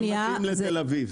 זה מתאים לתל אביב.